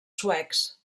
suecs